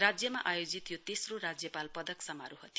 राज्यमा आयोजित यो तेस्रो राज्यपाल पदक समारोह थियो